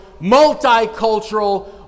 multicultural